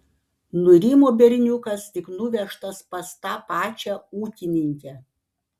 nurimo berniukas tik nuvežtas pas tą pačią ūkininkę